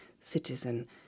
citizen